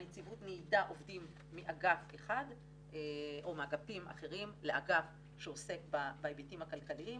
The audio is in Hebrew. הנציבות ניידה עובדים מאגפים אחרים לאגף שעוסק בהיבטים הכלכליים,